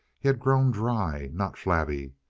he had grown dry, not flabby.